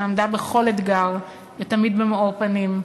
שעמדה בכל אתגר ותמיד במאור פנים,